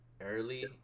Early